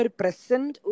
present